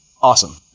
awesome